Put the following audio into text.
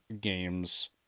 games